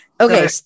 Okay